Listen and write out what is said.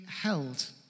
held